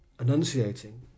enunciating